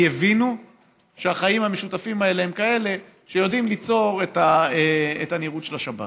הבינו שהחיים המשותפים האלה הם כאלה שיודעים ליצור את הנראות של השבת,